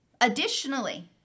Additionally